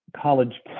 college